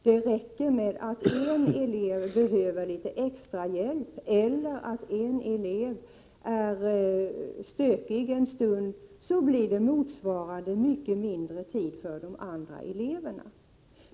Det räcker med att en elev behöver litet extra hjälp eller att en elev är stökig en stund för att det skall bli mycket mindre tid för de andra eleverna.